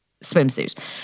swimsuit